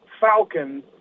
Falcon